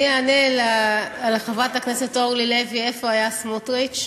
אני אענה לחברת הכנסת אורלי לוי איפה היה סמוטריץ.